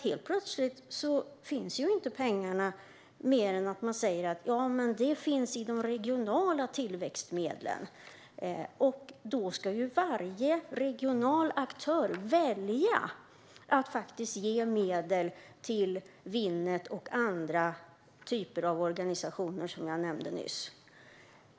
Helt plötsligt finns ju inte pengarna, förutom i de regionala tillväxtmedlen. Då ska varje regional aktör välja att ge medel till Winnet och andra typer av organisationer som jag nämnde nyss.